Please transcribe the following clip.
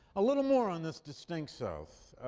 a little more on this distinct south.